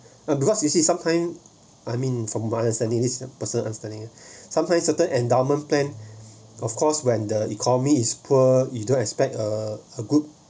because you see sometime I mean from buyers and it is a person understanding sometimes certain endowment plan of course when the economy is poor you don't expect a a group